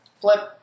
Flip